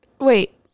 Wait